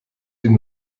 den